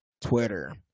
Twitter